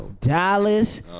Dallas